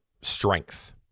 strength